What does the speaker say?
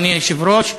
אדוני היושב-ראש,